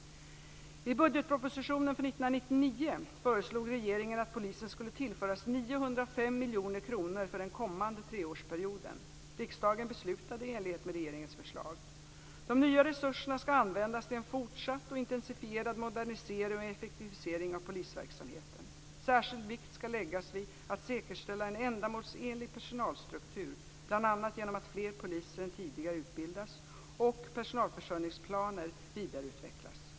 I budgetpropositionen för år 1999 föreslog regeringen att polisen skulle tillföras 905 miljoner kronor för den kommande treårsperioden. Riksdagen beslutade i enlighet med regeringens förslag. De nya resurserna skall användas till en fortsatt och intensifierad modernisering och effektivisering av polisverksamheten. Särskild vikt skall läggas vid att säkerställa en ändamålsenlig personalstruktur, bl.a. genom att fler poliser än tidigare utbildas och personalförsörjningsplaner vidareutvecklas.